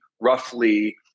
roughly